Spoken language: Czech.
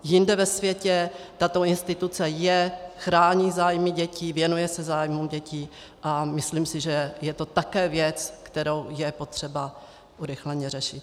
Jinde ve světě tato instituce je, chrání zájmy dětí, věnuje se zájmu dětí a myslím si, že je to také věc, kterou je potřeba urychleně řešit.